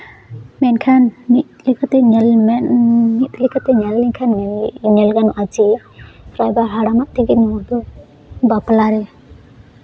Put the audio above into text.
ᱢᱮᱱᱠᱷᱟᱱ ᱢᱤᱫ ᱞᱮᱠᱟᱛᱮ ᱧᱮᱞᱢᱮ ᱢᱤᱫ ᱞᱮᱠᱟᱛᱮ ᱧᱮᱞ ᱞᱮᱱᱠᱷᱟᱱ ᱧᱮᱞ ᱜᱟᱱᱚᱜᱼᱟ ᱡᱮ ᱨᱟᱭᱵᱟᱨ ᱦᱟᱲᱟᱢᱟᱜ ᱛᱮᱜᱮ ᱱᱚᱣᱟ ᱵᱟᱯᱞᱟ ᱨᱮ